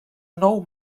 nou